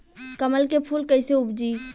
कमल के फूल कईसे उपजी?